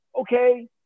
Okay